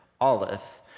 Olives